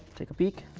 take a peek.